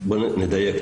בוא נדייק,